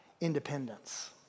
independence